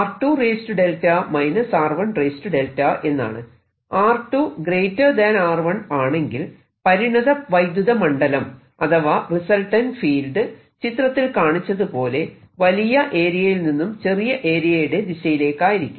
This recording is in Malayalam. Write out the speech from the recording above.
r2 r1 ആണെങ്കിൽ പരിണത വൈദ്യുത മണ്ഡലം അഥവാ റിസൽറ്റന്റ് ഫീൽഡ് ചിത്രത്തിൽ കാണിച്ചതുപോലെ വലിയ ഏരിയയിൽ നിന്നും ചെറിയ ഏരിയയുടെ ദിശയിലേക്കായിരിക്കും